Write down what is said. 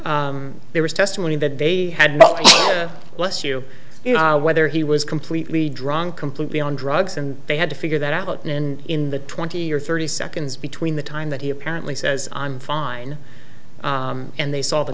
there was testimony that they had less you know whether he was completely drunk completely on drugs and they had to figure that out in in the twenty or thirty seconds between the time that he apparently says i'm fine and they saw the